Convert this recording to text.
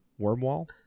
Wormwall